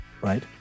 right